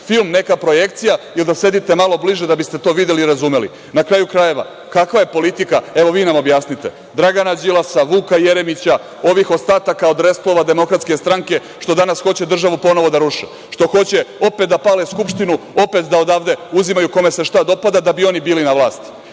film, neka projekcija ili da sedite malo bliže da biste to videli i razumeli? Na kraju krajeva, kakva je politika, vi nam objasnite, Dragana Đilasa, Vuka Jeremića, ovih ostataka od reslova DS, što danas hoće državu ponovo da ruše, što hoće opet da pale Skupštinu, opet da odavde uzimaju šta se kome dopada da bi oni bili na vlasti.